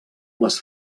les